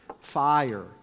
fire